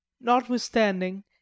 Notwithstanding